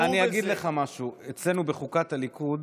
אני אגיד לך משהו: אצלנו בחוקת הליכוד